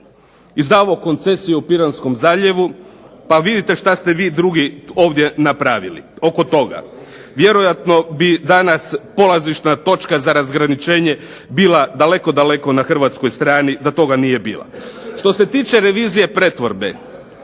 izdavao koncesije o Piranskom zaljevu. Pa vidite što ste vi drugi ovdje napravili oko toga. Vjerojatno bi danas polazišna točka za razgraničenje bila daleko, daleko na hrvatskoj strani da toga nije bilo. Što se tiče revizije pretvorbe,